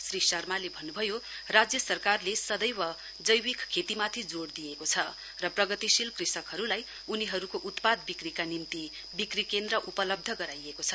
श्री शर्माले भन्नुभयो राज्य सरकारले सदैव जैविक खेतीमाथि जोड दिएको छ र प्रगतीशिल कृषकहरूलाई उनीहरूको उत्पाद बिक्रीका निम्ति बिक्री केन्द्र उपलब्ध गराइएको छ